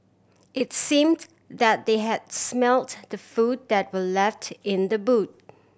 it's seemed that they had smelt the food that were left in the boot